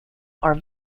are